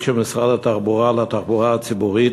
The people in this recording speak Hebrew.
של משרד התחבורה על התחבורה הציבורית,